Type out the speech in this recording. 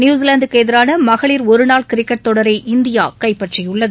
நியூசிலாந்துக்குஎதிரானமகளிர் ஒருநாள் கிரிக்கெட் தொடரை இந்தியாகைப்பற்றியுள்ளது